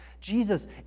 Jesus